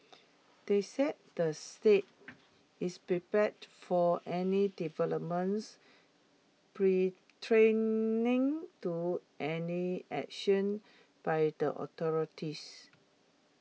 they said the site is prepared for any developments pre training to any action by the authorities